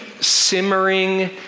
simmering